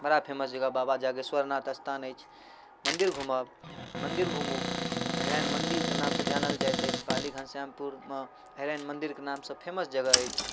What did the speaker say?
बड़ा फेमस जगह बाबा जागेश्वरनाथ अस्थान अछि मन्दिर घुमब मन्दिर घुमू अहिरैन मन्दिरके नामसँ जानल जाइत अछि पाली घनश्यामपुरमे अहिरैन मन्दिरके नामसँ फेमस जगह अछि